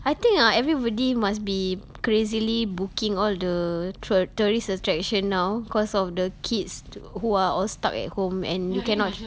I think ah everybody must be crazily booking all the tour~ tourist attraction now because of the kids who are all stuck at home and you cannot